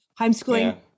homeschooling